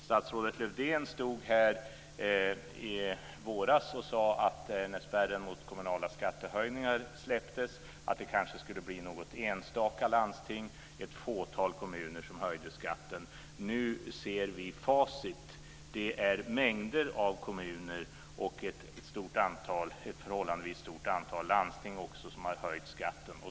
Statsrådet Lövdén sade här i våras när spärren mot kommunala skattehöjningar släpptes att det kanske skulle bli något enstaka landsting och ett fåtal kommuner som skulle komma att höja skatten. Vi kan nu se i facit att mängder av kommuner och även ett förhållandevis stort antal landsting har höjt skatten.